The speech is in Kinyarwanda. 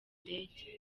indege